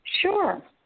Sure